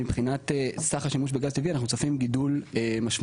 מבחינת סך השימוש בגז טבעי אנחנו צופים גידול משמעותי.